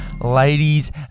ladies